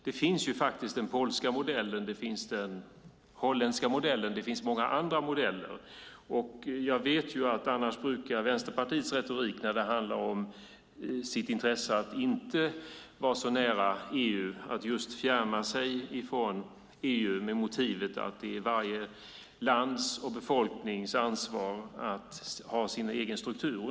Det finns faktiskt den polska modellen, den holländska modellen och många andra modeller. Jag vet att annars brukar Vänsterpartiets retorik handla om sitt intresse att inte vara så nära EU och fjärma sig från EU med motivet att det är varje lands och befolknings ansvar att ha sin egen struktur.